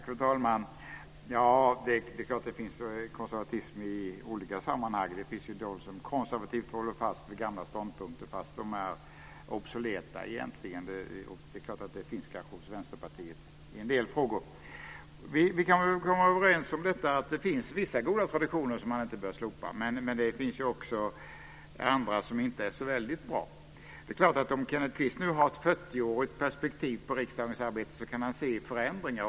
Fru talman! Det finns konservatism i olika sammanhang. Det finns de som konservativt håller fast vid gamla ståndpunkter fast de egentligen är obsoleta. Det finns kanske hos Vänsterpartiet i en del frågor. Vi kan väl komma överens om att det finns vissa goda traditioner som man inte bör slopa. Men det finns också andra som är inte så väldigt bra. Det är klart att om Kenneth Kvist nu har ett 40-årigt perspektiv på riksdagens arbete kan han se förändringar.